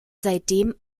seitdem